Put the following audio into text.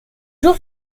jours